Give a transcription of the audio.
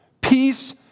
Peace